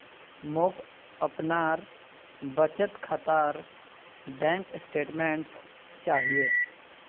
मोक अपनार बचत खातार बैंक स्टेटमेंट्स चाहिए